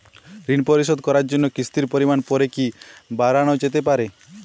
ঋন পরিশোধ করার জন্য কিসতির পরিমান পরে কি বারানো যেতে পারে?